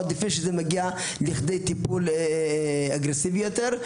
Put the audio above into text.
עוד לפני שזה מגיע לכדי טיפול אגרסיבי יותר.